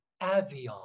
Avion